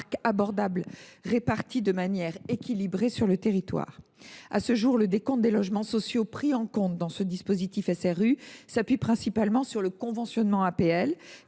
abordable, réparti de manière équilibrée sur le territoire. À ce jour, le décompte des logements sociaux pris en compte dans le dispositif SRU s’appuie principalement sur le conventionnement à